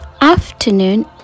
Afternoon